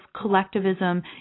collectivism